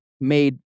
made